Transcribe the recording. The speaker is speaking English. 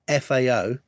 FAO